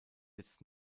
jetzt